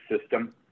system